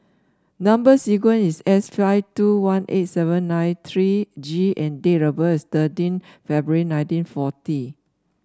number sequence is S five two one eight seven nine three G and date of birth is thirteen February nineteen forty